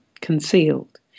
concealed